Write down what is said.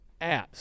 apps